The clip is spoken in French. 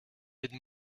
aide